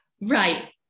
Right